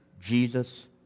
Jesus